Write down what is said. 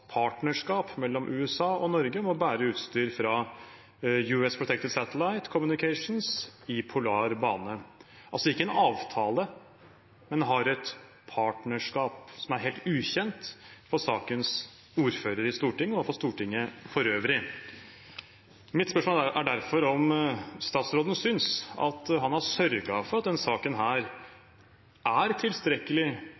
partnerskap mellom USA og Norge om å bære utstyr fra US Protector Satellite Communications i polar bane. En har altså ikke en avtale, en har et partnerskap – som er helt ukjent for sakens ordfører i Stortinget og for Stortinget for øvrig. Mitt spørsmål er derfor om statsråden synes at han har sørget for at denne saken